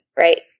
right